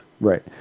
Right